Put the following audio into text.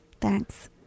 Thanks